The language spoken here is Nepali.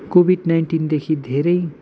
कोभिड नाइन्टिनदेखि धेरै